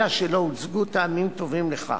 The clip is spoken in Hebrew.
אלא שלא הוצגו טעמים טובים לכך.